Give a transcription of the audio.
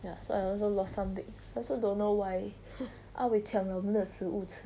ya so I also lost some weight also don't know why ah wei 抢了我们的食物吃